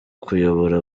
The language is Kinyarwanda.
kuyobora